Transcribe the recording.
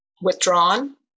withdrawn